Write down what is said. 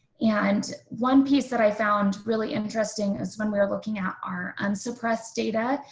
and one piece that i found really interesting is when we are looking at our unsuppressed data.